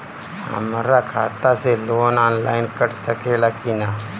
हमरा खाता से लोन ऑनलाइन कट सकले कि न?